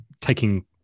taking